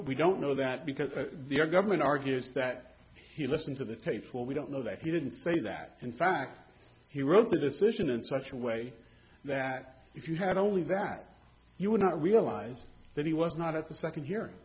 we don't know that because the government argues that he listened to the tapes well we don't know that he didn't say that in fact he wrote the decision in such a way that if you had only that you would not realize that he was not at the second hear